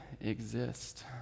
exist